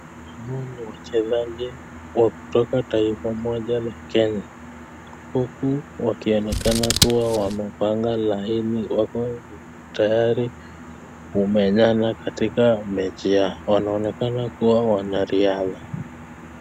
Hawa ni wachezaji wa kutoka taifa moja la Kenya. Huku wakionekana kuwa wamepanga laini wako tayari kumenyana katika mechi yao. Wanaonekana kuwa wana riadha.